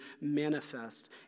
manifest